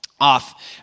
off